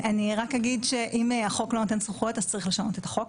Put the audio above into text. אני רק אגיד שאם החוק לא נותן סמכויות אז צריך לשנות את החוק.